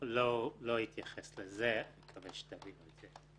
אני לא אתייחס לזה, אני מקווה שתבינו את זה.